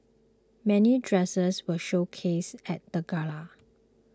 many dresses were showcased at the gala